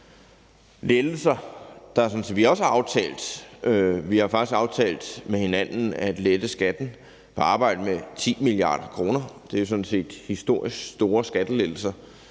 som vi også har aftalt. Vi har faktisk aftalt med hinanden at lette skatten på arbejde med 10 mia. kr. Det er jo sådan set historisk store skattelettelser.